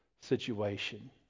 situation